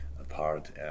apart